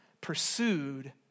pursued